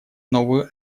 новую